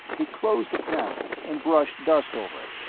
he closed the panel and brushed dust over it,